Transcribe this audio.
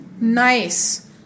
nice